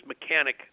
mechanic